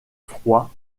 froid